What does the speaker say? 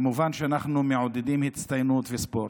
כמובן שאנחנו מעודדים הצטיינות וספורט.